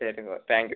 ശരി oh thank U